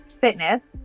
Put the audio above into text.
fitness